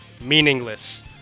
meaningless